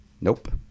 Nope